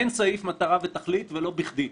אין סעיף מטרה ותכלית, ולא בכדי.